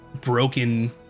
broken